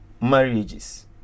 marriages